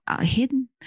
hidden